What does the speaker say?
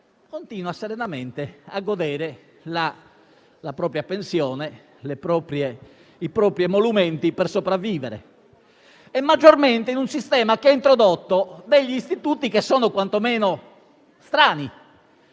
continua serenamente a godere della propria pensione, dei propri emolumenti per sopravvivere. Ciò maggiormente in un sistema che ha introdotto degli istituti che sono quantomeno strani,